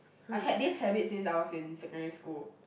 I've had this habit since I was in secondary school